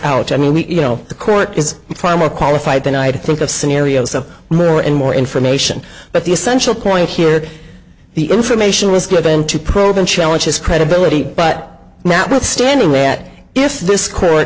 out i mean we you know the court is far more qualified than i to think of scenarios of more and more information but the essential point here the information was given to probe and challenge his credibility but not withstanding that if this court